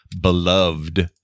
beloved